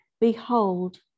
Behold